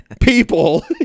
people